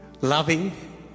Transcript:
loving